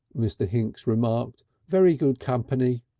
mr. hinks remarked. very good company.